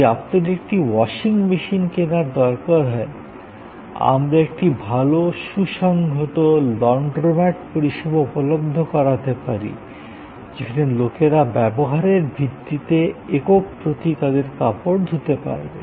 যদি আপনার একটি ওয়াশিং মেশিন কেনার দরকার হয় আমরা একটি ভাল সুসংহত লন্ড্রোমেট পরিষেবা উপলব্ধ করাতে পারি যেখানে লোকেরা ব্যবহারের ভিত্তিতে একক প্রতি তাদের কাপড় ধুতে পারে